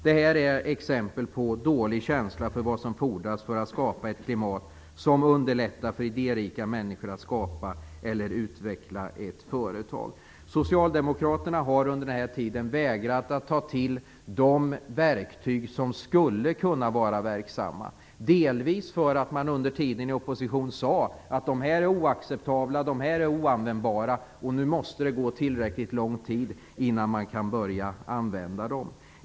Det här är exempel på dålig känsla för vad som fordras för att skapa ett klimat som underlättar för idérika människor att skapa eller utveckla ett företag. Socialdemokraterna har under den här tiden vägrat att ta till de verktyg som skulle kunna vara verksamma, delvis för att man under tiden i opposition sade att dessa verktyg är oacceptabla och oanvändbara. Nu måste det gå tillräckligt lång tid innan man kan börja använda dem.